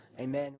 amen